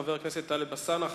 חבר הכנסת טלב אלסאנע,